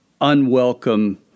unwelcome